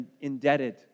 indebted